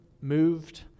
moved